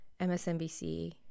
MSNBC